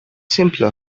simpler